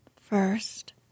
First